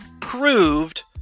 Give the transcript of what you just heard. proved